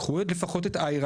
קחו לפחות את Ayra,